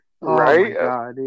Right